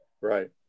Right